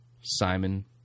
Simon